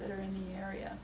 that are in the area